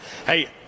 Hey